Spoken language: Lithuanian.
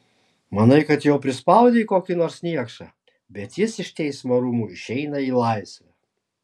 manai kad jau prispaudei kokį nors niekšą bet jis iš teismo rūmų išeina į laisvę